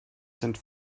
sind